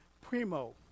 primo